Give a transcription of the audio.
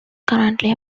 currently